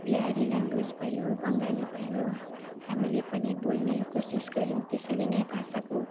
Bihari language भयो बङ्गाली भयो हामीले पनि बोल्ने कोसिस गर्यौँ त्यसरी नै भाषाको